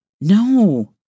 No